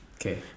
Okay